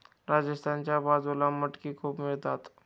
राजस्थानच्या बाजूला मटकी खूप मिळतात